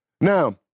Now